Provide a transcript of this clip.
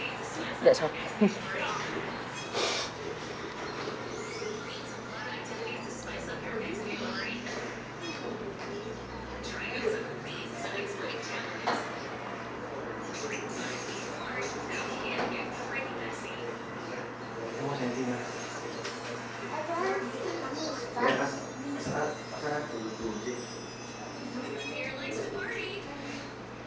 that's all